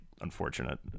unfortunate